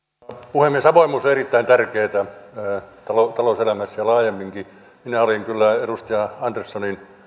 puhemies avoimuus on erittäin tärkeää talouselämässä ja laajemminkin minä olin kyllä edustaja anderssonin